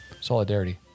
solidarity